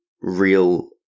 real